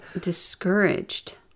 Discouraged